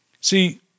See